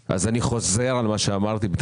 בחקיקה שהיא חקיקה של ישראל ביתנו.